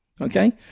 Okay